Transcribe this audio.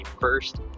first